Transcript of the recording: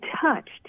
touched